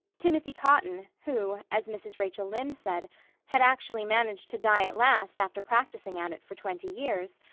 timothy cotton, who, as mrs. rachel lynde said had actually managed to die at last after practicing at it for twenty years,